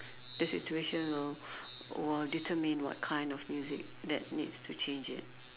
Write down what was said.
the situation will will determine what kind of music that needs to change it